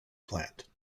plant